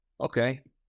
Okay